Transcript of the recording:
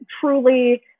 truly